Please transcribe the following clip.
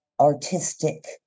artistic